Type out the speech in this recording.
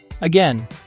Again